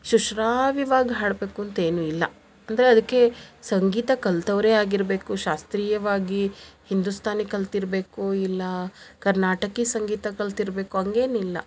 ಸುಶ್ರಾವ್ಯವಾಗ್ ಹಾಡಬೇಕು ಅಂತೇನು ಇಲ್ಲ ಅಂದರೆ ಅದಕ್ಕೆ ಸಂಗೀತ ಕಲ್ತವರೇ ಆಗಿರ್ಬೇಕು ಶಾಸ್ತ್ರೀಯವಾಗಿ ಹಿಂದೂಸ್ಥಾನಿ ಕಲ್ತಿರಬೇಕು ಇಲ್ಲಾ ಕರ್ನಾಟಕ ಸಂಗೀತ ಕಲ್ತಿರಬೇಕು ಹಂಗೇನಿಲ್ಲಾ